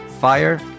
fire